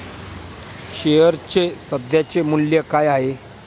शेअर्सचे सध्याचे मूल्य काय आहे?